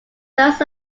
thus